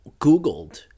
googled